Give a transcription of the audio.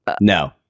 no